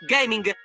Gaming